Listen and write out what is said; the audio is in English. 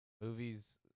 movies